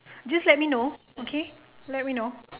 just let me know okay let me know